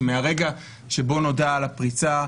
שמהרגע שבו נודע על הפריצה,